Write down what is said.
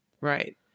Right